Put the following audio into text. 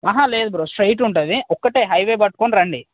లేదు bro straight ఉంటుంది ఒక్కటే హైవే పట్టుకుని రండి